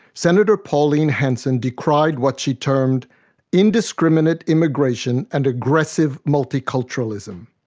senator pauline hanson decried what she termed indiscriminate immigration and aggressive multiculturalism.